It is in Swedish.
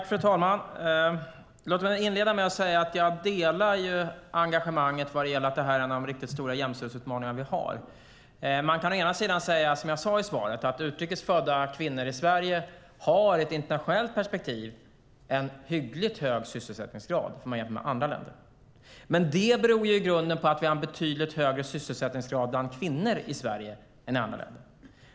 Fru talman! Låt mig inleda med att säga att jag delar engagemanget vad gäller att det här är en av de riktigt stora jämställdhetsutmaningar vi har. Man kan å enda sidan säga, som jag sade i svaret, att utrikes födda kvinnor i Sverige har en i internationellt perspektiv hyggligt hög sysselsättningsgrad om man jämför med andra länder. Men det beror i grunden på att vi har en betydligt högre sysselsättningsgrad bland kvinnor i Sverige än i andra länder.